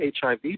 hiv